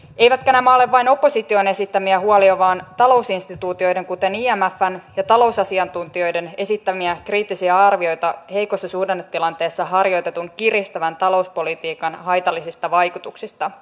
eivätkä nämä ole vain opposition esittämiä huolia vaan talousinstituutioiden kuten imfn ja talousasiantuntijoiden esittämiä kriittisiä arvioita heikossa suhdannetilanteessa harjoitetun kiristävän talouspolitiikan haitallisista vaikutuksista